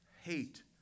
hate